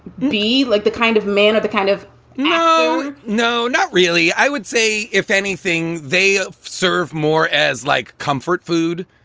be like the kind of man of the kind? of no, no, not really. i would say, if anything, they ah serve more as like comfort food,